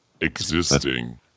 existing